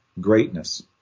greatness